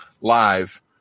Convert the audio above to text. live